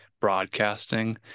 broadcasting